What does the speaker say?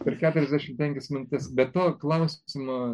per keturiasdešimt penkias minutes be to klausimų